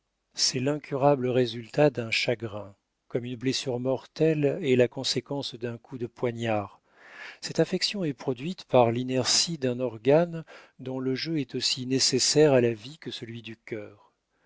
c'est l'incurable résultat d'un chagrin comme une blessure mortelle est la conséquence d'un coup de poignard cette affection est produite par l'inertie d'un organe dont le jeu est aussi nécessaire à la vie que celui du cœur